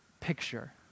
picture